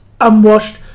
unwashed